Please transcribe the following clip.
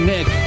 Nick